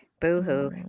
Boohoo